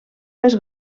més